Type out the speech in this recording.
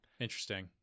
Interesting